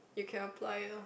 you can apply it lor